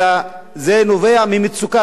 אלא זה נובע ממצוקה.